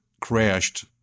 crashed